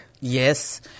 Yes